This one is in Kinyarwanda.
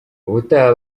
ubutaha